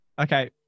Okay